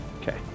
Okay